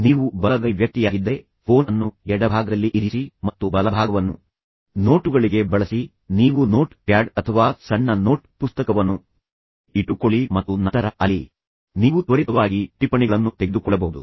ನೀವು ಬಲಗೈ ವ್ಯಕ್ತಿಯಾಗಿದ್ದರೆ ಫೋನ್ ಅನ್ನು ಎಡಭಾಗದಲ್ಲಿ ಇರಿಸಿ ಮತ್ತು ಬಲಭಾಗವನ್ನು ನೋಟುಗಳಿಗೆ ಬಳಸಿ ನೀವು ನೋಟ್ ಪ್ಯಾಡ್ ಅಥವಾ ಸಣ್ಣ ನೋಟ್ ಪುಸ್ತಕವನ್ನು ಇಟ್ಟುಕೊಳ್ಳಿ ಮತ್ತು ನಂತರ ಅಲ್ಲಿ ನೀವು ತ್ವರಿತವಾಗಿ ಟಿಪ್ಪಣಿಗಳನ್ನು ತೆಗೆದುಕೊಳ್ಳಬಹುದು